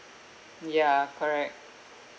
ya correct